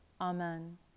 Amen